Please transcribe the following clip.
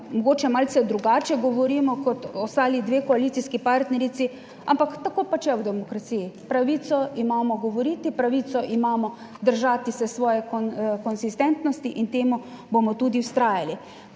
malce drugače govorimo kot ostali dve koalicijski partnerici, ampak tako pač je v demokraciji. Pravico imamo govoriti, pravico imamo držati se svoje konsistentnosti in pri temu bomo tudi vztrajali.